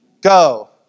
Go